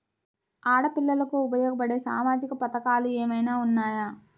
ఆడపిల్లలకు ఉపయోగపడే సామాజిక పథకాలు ఏమైనా ఉన్నాయా?